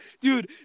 Dude